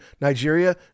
Nigeria